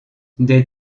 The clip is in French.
des